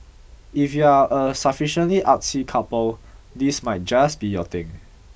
if you are a sufficiently artsy couple this might just be your thing